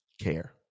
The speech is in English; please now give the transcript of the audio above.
Care